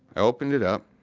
opened it up,